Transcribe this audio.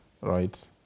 right